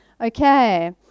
Okay